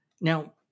Now